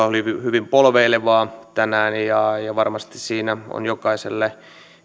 oli hyvin hyvin polveilevaa tänään ja varmasti siinä on jokaiselle